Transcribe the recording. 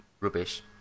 rubbish